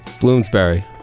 Bloomsbury